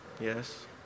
Yes